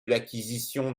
l’acquisition